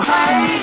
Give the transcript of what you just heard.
Hey